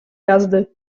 jazdy